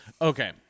okay